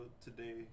today